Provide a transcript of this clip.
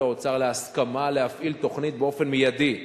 האוצר להסכמה להפעיל תוכנית באופן מיידי,